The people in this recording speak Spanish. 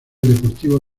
deportivo